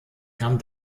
kam